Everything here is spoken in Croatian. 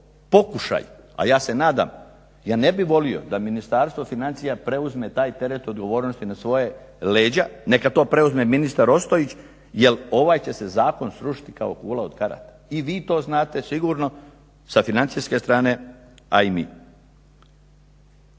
pokušaj, a ja se nadam, ja ne bih volio da Ministarstvo financija preuzme taj teret odgovornosti na svoja leđa neka to preuzme ministar Ostojić jer ovaj će se zakon srušiti kao kula od karata i vi to znate sigurno sa financijske strane, a i mi.